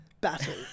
battle